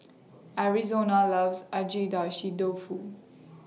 Arizona loves Agedashi Dofu